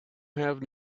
have